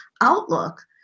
Outlook